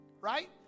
right